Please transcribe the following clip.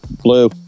Blue